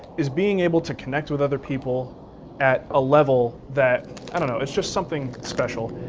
is being able to connect with other people at a level that, i don't know, it's just something special.